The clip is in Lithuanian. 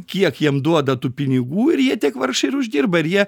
kiek jiem duoda tų pinigų ir jie tiek vargšai ir uždirba ir jie